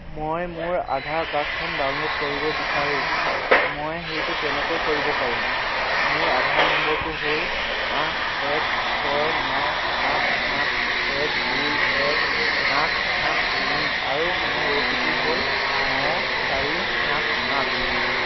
মই মোৰ আধাৰ কাৰ্ডখন ডাউনল'ড কৰিব বিচাৰোঁ মই সেইটো কেনেকৈ কৰিব পাৰিম মোৰ আধাৰ নম্বৰটো হ'ল আঠ এক ছয় ন আঠ সাত এক দুই এক আঠ সাত তিনি আৰু মোৰ অ'টিপি হ'ল ন চাৰি সাত আঠ